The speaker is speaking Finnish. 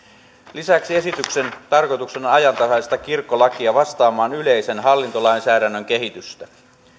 lisäksi esityksen tarkoituksena on ajantasaistaa kirkkolakia vastaamaan yleisen hallintolainsäädännön kehitystä